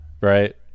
right